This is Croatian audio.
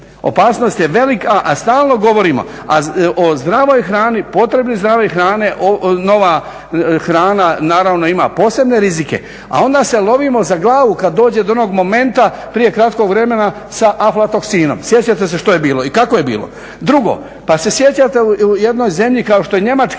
Opasnost je velika a stalno govorimo o zdravoj hrani, potrebi zdrave hrane, nova hrana naravno ima posebne rizike. A onda se lovimo za glavu kada dođe do onog momenta prije kratkog vremena sa aflatoksinom. Sjećate se što je bilo i kako je bilo. Drugo, pa se sjećate u jednoj zemlji kao što je Njemačka